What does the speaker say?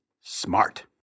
smart